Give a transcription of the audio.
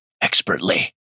expertly